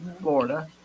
florida